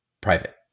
private